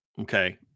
okay